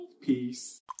Peace